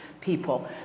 people